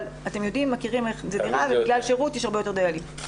אתם יודעים איך זה נראה ובגלל שירות יש הרבה יותר דיילים.